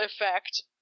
effect